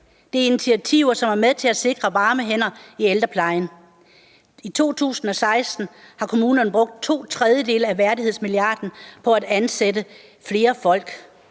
Det er initiativer, som er med til at sikre varme hænder i ældreplejen. I 2016 har kommunerne brugt to tredjedele af værdighedsmilliarden på at ansætte flere folk,